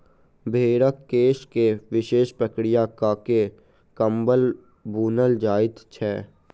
भेंड़क केश के विशेष प्रक्रिया क के कम्बल बुनल जाइत छै